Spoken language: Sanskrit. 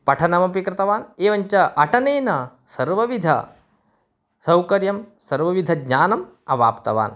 पठनमपि कृतवान् एवं च अटनेन सर्वविधसौकर्यं सर्वविधज्ञानम् अवाप्तवान्